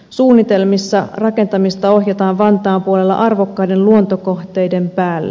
suunnitelmissa rakentamista ohjataan vantaan puolella arvokkaiden luontokohteiden päälle